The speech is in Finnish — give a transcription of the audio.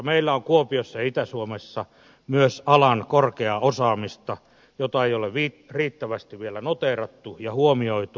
meillä on kuopiossa ja itä suomessa myös alan korkeaa osaamista jota ei ole riittävästi vielä noteerattu ja huomioitu